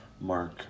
Mark